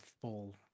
full